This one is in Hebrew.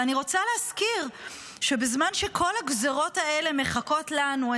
ואני רוצה להזכיר שבזמן שכל הגזרות האלה מחכות לנו,